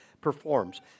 performs